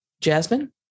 Jasmine